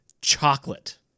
chocolate